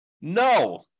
No